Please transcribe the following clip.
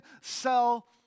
sell